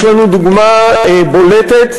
יש לנו דוגמה בולטת: